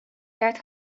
gert